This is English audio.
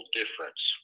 difference